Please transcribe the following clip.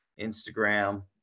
Instagram